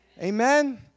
Amen